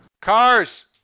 Cars